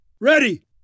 Ready